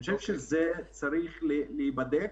אני חושב שהכיוון הזה צריך להיבדק,